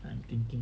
I'm thinking